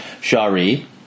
Shari